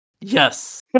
Yes